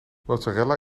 mozzarella